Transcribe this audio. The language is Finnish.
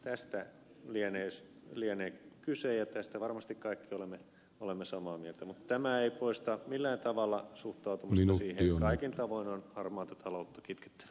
tästä lienee kyse ja tästä varmasti kaikki olemme samaa mieltä mutta tämä ei poista millään tavalla suhtautumista siihen että kaikin tavoin on harmaata taloutta kitkettävä